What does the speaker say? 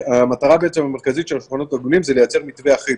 המטרה המרכזית של השולחנות העגולים זה לייצר מתווה אחיד,